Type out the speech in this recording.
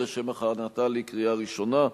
ההודעה הראשונה: